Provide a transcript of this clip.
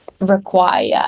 require